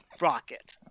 rocket